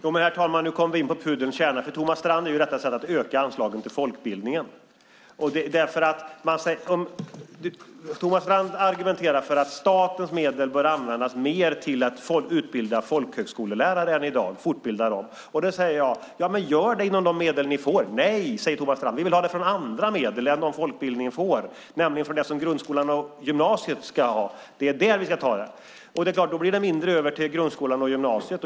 Herr talman! Nu kommer vi till pudelns kärna. För Thomas Strand är detta ett sätt att öka anslagen till folkbildningen. Thomas Strand argumenterar för att statens medel i större utsträckning än i dag ska användas till att fortbilda folkhögskolelärare. Då säger jag: Gör det inom de medel ni får! Nej, säger Thomas Strand, vi vill ha det från andra medel än dem folkbildningen får, nämligen från det som grundskolan och gymnasiet ska ha; det är där vi ska ta det. Då är det klart att det blir mindre över till grundskolan och gymnasiet.